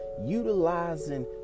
utilizing